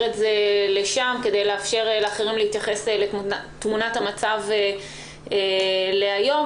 את זה לשם כדי לאפשר לאחרים להתייחס לתמונת המצב נכון להיום.